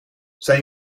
zijn